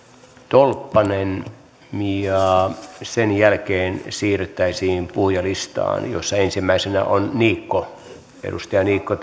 tolppanen ja sen jälkeen siirryttäisiin puhujalistaan jossa ensimmäisenä on edustaja niikko